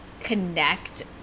connect